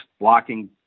blocking